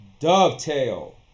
dovetail